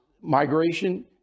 migration